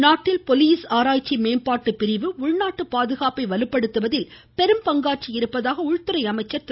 அமித்ஷா நாட்டில் போலீஸ் ஆராய்ச்சி மேம்பாட்டு பிரிவு உள்நாட்டு பாதுகாப்பை வலுப்படுத்துவதில் பெரும் பங்காற்றியிருப்பதாக உள்துறை அமைச்சர் திரு